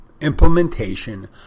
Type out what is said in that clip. implementation